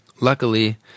luckily